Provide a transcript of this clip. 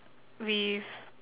with